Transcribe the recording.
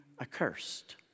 accursed